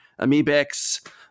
amoebics